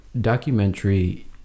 documentary